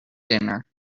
dinner